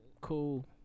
Cool